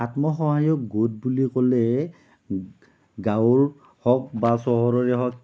আত্মসহায়ক গোট বুলি ক'লে গাঁৱৰ হওক বা চহৰৰেই হওক